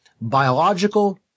biological